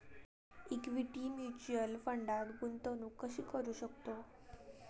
Equity mutual फंडात गुंतवणूक कशी करू शकतो?